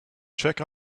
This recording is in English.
check